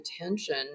attention